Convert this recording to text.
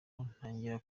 ntangiye